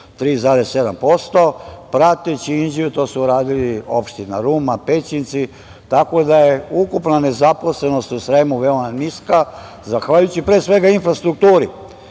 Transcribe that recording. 3,7%, prateći Inđiju, to su uradile opština Ruma, Pećinci, tako da je ukupna nezaposlenost u Sremu veoma niska, zahvaljujući pre svega infrastrukturi: